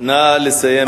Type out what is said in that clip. נא לסיים.